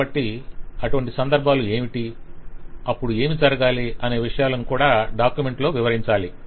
కాబట్టి అటువంటి సందర్భాలు ఏమిటి అప్పుడు ఏమి జరగాలి అనే విషయాలాను కూడా డాక్యుమెంట్ లో వివరించాలి